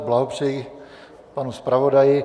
Blahopřeji panu zpravodaji.